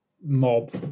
mob